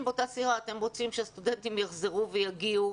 באותה סירה אתם רוצים שהסטודנטים יחזרו ויגיעו,